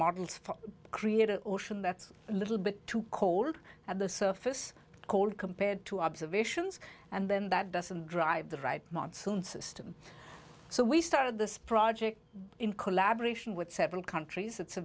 models for creating ocean that's a little bit too cold at the surface cold compared to observations and then that doesn't drive the right monsoon system so we started this project in collaboration with several countries it's a